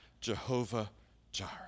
Jehovah-Jireh